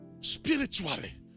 Spiritually